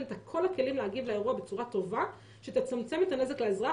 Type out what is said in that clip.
כל הכלים להגיב לאירוע בצורה טובה שתצמצם את הנזק לאזרח,